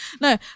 No